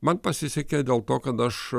man pasisekė dėl to kad aš